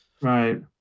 Right